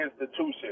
institution